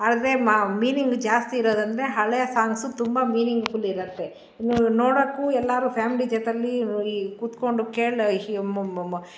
ಆದರೆ ಮಾ ಮೀನಿಂಗ್ ಜಾಸ್ತಿ ಇರೋದೆಂದ್ರೆ ಹಳೆ ಸಾಂಗ್ಸ್ ತುಂಬ ಮೀನಿಂಗ್ ಫುಲ್ ಇರುತ್ತೆ ನೋಡೋಕ್ಕೂ ಎಲ್ಲರೂ ಫ್ಯಾಮಿಲಿ ಥಿಯೇತರಲ್ಲಿ ಹೋಗಿ ಕೂತ್ಕೊಂಡು ಕೇಳಿ